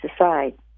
aside